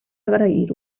agrair